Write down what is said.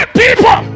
people